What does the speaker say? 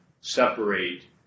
separate